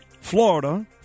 Florida